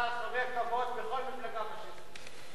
אתה חבר כבוד בכל מפלגה פאשיסטית.